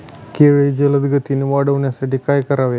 केळी जलदगतीने वाढण्यासाठी काय करावे?